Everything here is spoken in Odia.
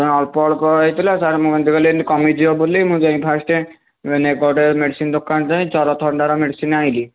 ଆ ସେ ଅଳ୍ପ ଅଳ୍ପ ହୋଇଥିଲା ସାର ମୁଁ କମିଯିବ ବୋଲି ମୁଁ ଯାଇକି ଫାଷ୍ଟେ ଗୋଟିଏ ମେଡ଼ିସିନ ଦୋକାନ ଯାଇ ଜ୍ୱର ଥଣ୍ଡାର ମେଡ଼ିସିନ ଆଣିଲି